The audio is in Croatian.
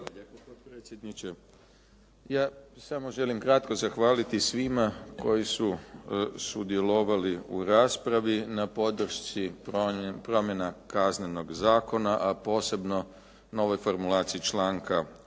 Ja samo želim kratko zahvaliti svima koji su sudjelovali u raspravi na podršci promjena Kaznenog zakona, a posebno na ovaj formulaciji članka